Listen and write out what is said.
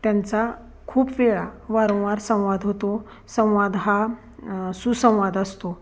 त्यांचा खूप वेळा वारंवार संवाद होतो संवाद हा सुसंवाद असतो